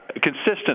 consistent